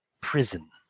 prison